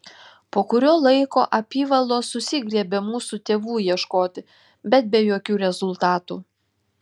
po kurio laiko apyvalos susigriebė mūsų tėvų ieškoti bet be jokių rezultatų